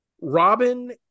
Robin